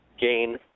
gain